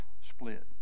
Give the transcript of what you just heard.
split